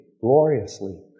Gloriously